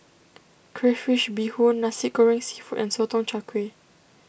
Crayfish BeeHoon Nasi Goreng Seafood and Sotong Char Kway